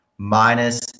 minus